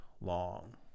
long